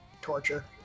torture